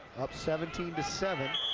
up seventeen seven.